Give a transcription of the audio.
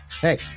Hey